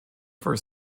for